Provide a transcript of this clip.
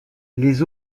les